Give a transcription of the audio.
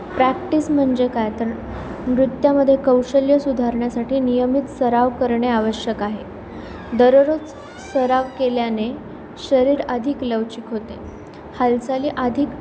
practice म्हणजे काय तर नृत्यामध्ये कौशल्य सुधारण्यासाठी नियमित सराव करणे आवश्यक आहे दररोज सराव केल्याने शरीर अधिक लवचिक होते हालचाली अधिक